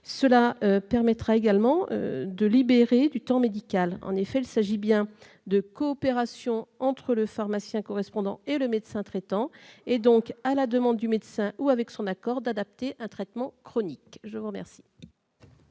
Cela permettra également de libérer du temps médical. En effet, il s'agit bien ici de coopération entre le pharmacien correspondant et le médecin traitant. C'est donc à la demande du médecin, ou avec son accord, que l'on pourra adapter un traitement chronique. L'amendement